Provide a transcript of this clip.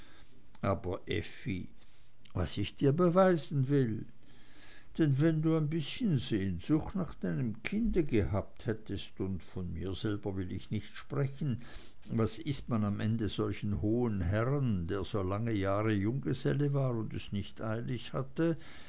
aber effi was ich dir beweisen will denn wenn du ein bißchen sehnsucht nach deinem kinde gehabt hättest von mir selber will ich nicht sprechen was ist man am ende solchem hohen herrn der so lange jahre junggeselle war und es nicht eilig hatte